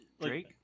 Drake